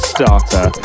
Starter